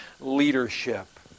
leadership